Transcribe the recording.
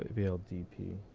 bldp.